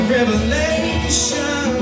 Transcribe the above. Revelation